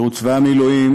צבא המילואים